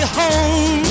home